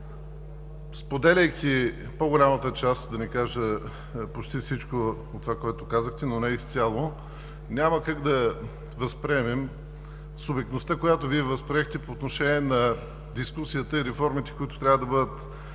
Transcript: споделяйки по-голямата част, да не кажа, почти всичко от това, което казахте, но не изцяло, няма как да възприемем субектността, която Вие възприехте по отношение на дискусията, или формите, които трябва да бъдат